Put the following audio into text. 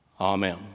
Amen